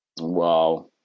Wow